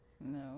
No